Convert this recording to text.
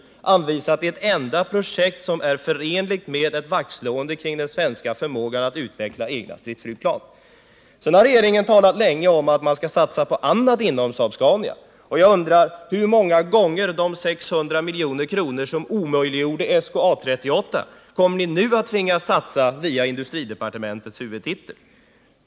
Vi har anvisat det enda projekt som är förenligt med ett vaktslående kring den svenska förmågan att utveckla egna stridsflygplan. Sedan har regeringen talat länge om att man skall satsa på annat inom Saab Scania. Jag undrar: Hur många gånger de 600 milj.kr. som omöjliggjorde SK 38/A 38 kommer ni nu att tvingas satsa via industridepartementets huvudtitel?